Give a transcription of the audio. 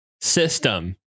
system